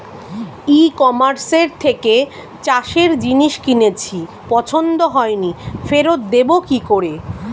ই কমার্সের থেকে চাষের জিনিস কিনেছি পছন্দ হয়নি ফেরত দেব কী করে?